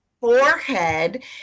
forehead